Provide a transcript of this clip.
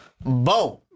boom